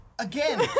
Again